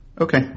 Okay